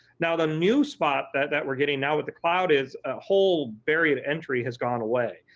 now the new spot that that we're getting now with the cloud is a whole varied entry has gone away.